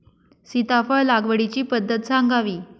सीताफळ लागवडीची पद्धत सांगावी?